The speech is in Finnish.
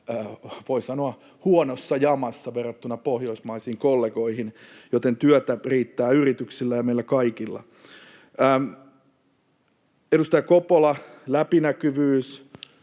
voi sanoa, huonossa jamassa verrattuna pohjoismaisiin kollegoihin, joten työtä riittää yrityksillä ja meillä kaikilla. Edustaja Koponen, läpinäkyvyys,